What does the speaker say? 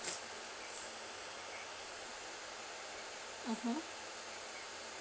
mmhmm